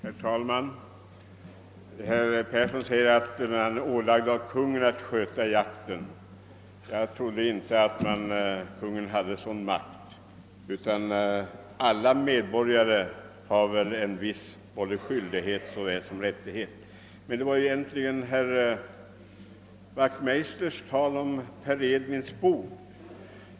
Herr talman! Herr Persson säger att Svenska jägareförbundet är ålagt av Kungl. Maj:t att sköta jakten. Jag trodde inte att Kungl. Maj:t hade en sådan makt. Alla medborgare har väl en viss både skyldighet och rättighet. Anledningen till att jag vill säga ytterligare några ord var emellertid herr Wachtmeisters tal om Per Edvin Skölds bok.